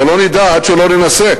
אבל לא נדע עד שלא ננסה,